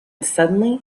suddenly